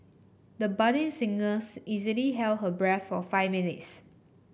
the budding singers easily held her breath for five minutes